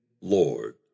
Lord